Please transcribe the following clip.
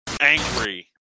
angry